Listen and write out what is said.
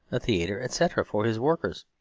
a theatre, etc, for his workers.